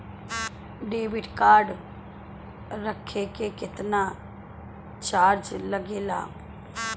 Debit card रखे के केतना चार्ज लगेला?